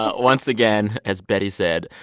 ah once again, as betty said,